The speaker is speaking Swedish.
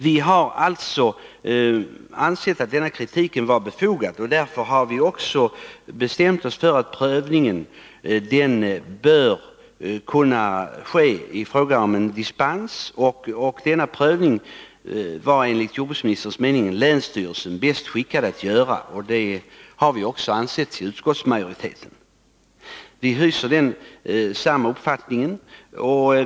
Vi har alltså ansett att denna kritik var befogad, och därför har vi också bestämt oss för att prövning bör kunna ske i fråga om dispens. Denna prövning var enligt jordbruksministerns mening länsstyrelsen bäst skickad att göra, och det har utskottsmajoriteten också ansett.